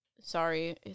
Sorry